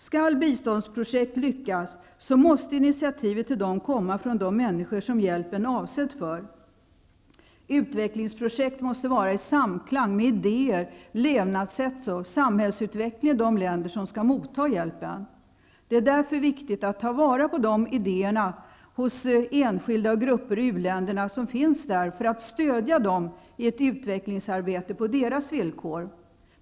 Skall biståndsprojekt lyckas, måste initiativet till dem komma från de människor som hjälpen är avsedd för. Utvecklingsprojekt måste vara i samklang med idéer, levnadssätt och samhällsutveckling i de länder som skall motta hjälpen. Det är därför viktigt att ta vara på idéerna hos enskilda och grupper i u-länderna för att stödja dem i ett utvecklingsarbete på deras villkor.